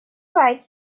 right